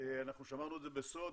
אנחנו שמרנו בסוד,